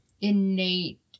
innate